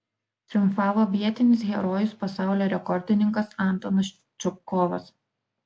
triumfavo vietinis herojus pasaulio rekordininkas antonas čupkovas